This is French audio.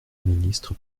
ministre